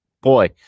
boy